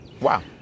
Wow